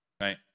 right